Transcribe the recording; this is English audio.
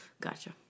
Gotcha